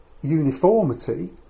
uniformity